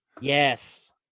Yes